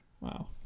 Wow